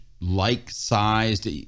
like-sized